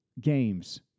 games